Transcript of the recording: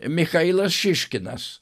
michailas šiškinas